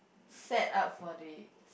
setup for the